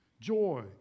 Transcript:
joy